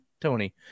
Tony